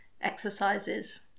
exercises